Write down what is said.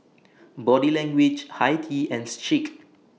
Body Language Hi Tea and Schick